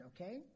okay